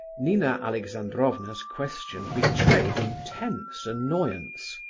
nina alexandrovna's question betrayed intense annoyance.